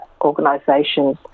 organisations